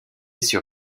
sur